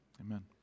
Amen